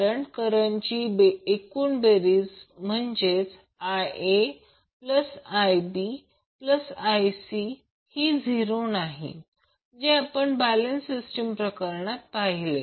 कारण करंटची एकूण बेरीज म्हणजेच IaIbIc ही 0 नाही जे आपण बॅलेन्स सिस्टीम प्रकरणात पाहिले